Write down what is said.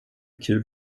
kul